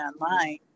online